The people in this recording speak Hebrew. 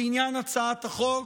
לעניין הצעת החוק.